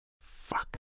Fuck